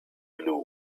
blue